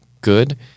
good